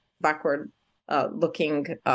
backward-looking